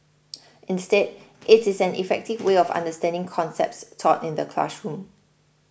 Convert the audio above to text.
instead it is an effective way of understanding concepts taught in the classroom